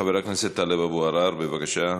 חבר הכנסת טלב אבו עראר, בבקשה.